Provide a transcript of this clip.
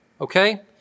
okay